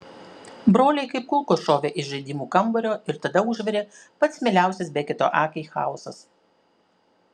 broliai kaip kulkos šovė iš žaidimų kambario ir tada užvirė pats mieliausias beketo akiai chaosas